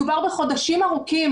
מדובר בחודשים ארוכים.